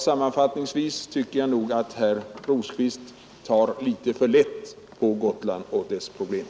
Sammanfattningsvis tycker jag nog att herr Rosqvist tar för lätt på Gotland och dess problem.